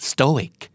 Stoic